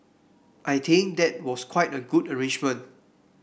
I think that was quite a good arrangement